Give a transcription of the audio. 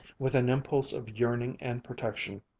with an impulse of yearning, and protection,